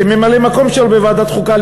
כממלא-מקום שלו בוועדת החוקה,